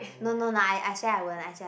no no I say I won't I say I won't